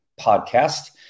podcast